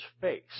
face